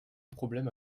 problème